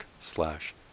slash